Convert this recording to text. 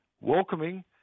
welcoming